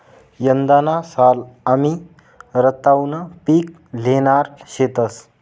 यंदाना साल आमी रताउनं पिक ल्हेणार शेतंस